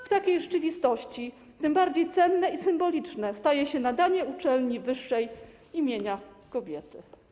W takiej rzeczywistości tym bardziej cenne i symboliczne staje się nadanie uczelni wyższej imienia kobiety.